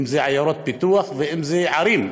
אם זה עיירות פיתוח ואם זה ערים,